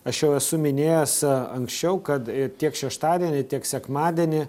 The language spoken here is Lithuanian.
aš jau esu minėjęs anksčiau kad tiek šeštadienį tiek sekmadienį